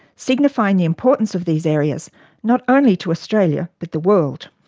signifying the importance of these areas not only to australia but the world.